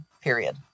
period